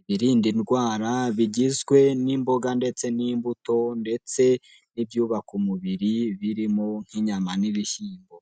Ibirinda indwara bigizwe n'imboga ndetse n'imbuto ndetse, n'ibyuyubaka umubiri birimo nk'inyama n'ibishyimbo.